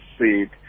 seed